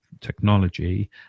technology